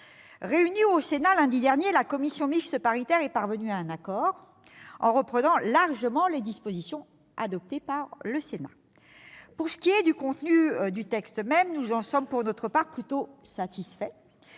Réunie au Sénat lundi dernier, la commission mixte paritaire est parvenue à un accord, en reprenant largement les dispositions adoptées par la Haute Assemblée. Pour ce qui est du contenu du texte, nous sommes plutôt satisfaits,